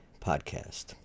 podcast